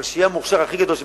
אבל שיהיה הכי המוכשר שבעולם,